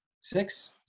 six